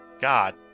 God